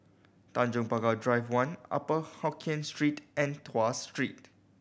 Tanjong Pagar Drive One Upper Hokkien Street and Tuas Street